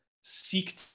seek